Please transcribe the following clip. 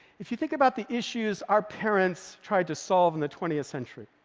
if you think about the issues our parents tried to solve in the twentieth century,